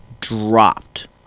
dropped